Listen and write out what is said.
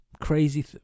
crazy